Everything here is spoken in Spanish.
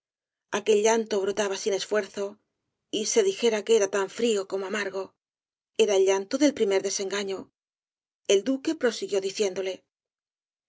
aquel llanto brotaba sin esfuerzo y se dijera que era tan frío como amargo era el llanto del primer desengaño el duque prosiguió diciéndole